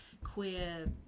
queer